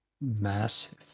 massive